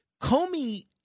Comey